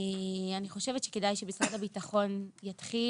אני חושבת שכדאי שמשרד הביטחון יתחיל